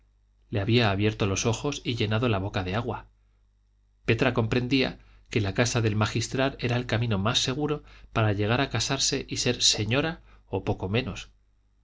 le había abierto los ojos y llenado la boca de agua petra comprendía que la casa del magistral era el camino más seguro para llegar a casarse y ser señora o poco menos